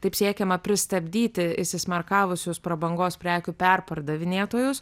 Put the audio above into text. taip siekiama pristabdyti įsismarkavusius prabangos prekių perpardavinėtojus